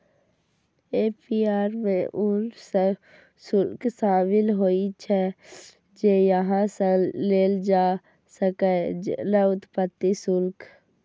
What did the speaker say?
APR मे ऊ शुल्क शामिल होइ छै, जे अहां सं लेल जा सकैए, जेना उत्पत्ति शुल्क